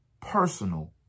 personal